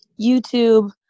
YouTube